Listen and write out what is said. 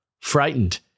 Frightened